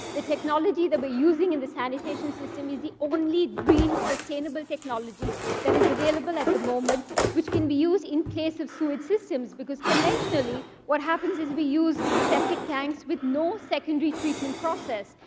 the technology that we're using in the sanitation system is the only green sustainable technology that is available at the moment which can be used in place of sewage systems. because, conventionally, what happens is we use septic tanks with no secondary treatment process,